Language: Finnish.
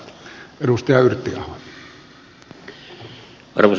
arvoisa herra puhemies